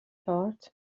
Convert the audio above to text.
thought